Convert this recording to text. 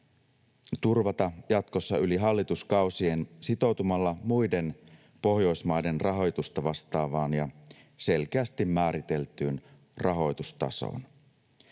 turvata jatkossa yli hallituskausien sitoutumalla muiden Pohjoismaiden rahoitusta vastaavaan ja selkeästi määriteltyyn rahoitustasoon.